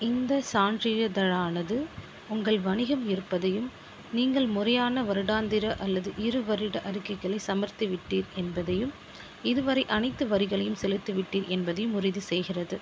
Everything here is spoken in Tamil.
இந்த சான்றிதழானது உங்கள் வணிகம் இருப்பதையும் நீங்கள் முறையான வருடாந்திர அல்லது இருவருட அறிக்கைகளை சமர்த்திவிட்டீர் என்பதையும் இதுவரை அனைத்து வரிகளையும் செலுத்திவிட்டீர் என்பதையும் உறுதிசெய்கிறது